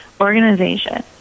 organization